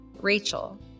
Rachel